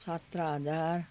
सत्र हजार